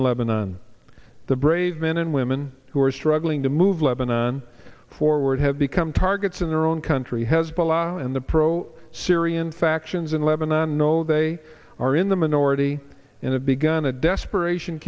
in lebanon the brave men and women who are struggling to move lebanon forward have become targets in their own country hezbollah and the pro syrian factions in lebanon know they are in the minority in a big on a desperation